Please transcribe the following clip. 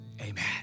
Amen